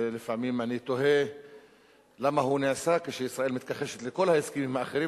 שלפעמים אני תוהה למה הוא נעשה כשישראל מתכחשת לכל ההסכמים האחרים